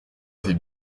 avez